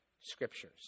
scriptures